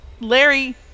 Larry